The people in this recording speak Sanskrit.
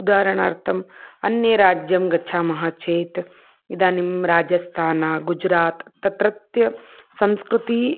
उदाहरणार्थम् अन्यं राज्यं गच्छामः चेत् इदानीं राजस्थानं गुजरात् तत्रत्य संस्कृतिः